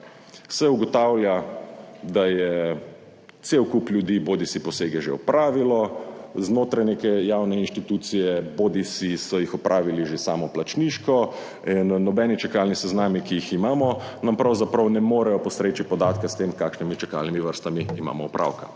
se ugotavlja, da je cel kup ljudi bodisi posege že opravilo znotraj neke javne inštitucije, bodisi so jih opravili že samoplačniško in nobeni čakalni seznami, ki jih imamo, nam pravzaprav ne morejo postreči podatka s tem kakšnimi čakalnimi vrstami imamo opravka